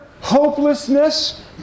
hopelessness